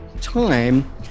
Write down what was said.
time